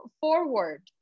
forward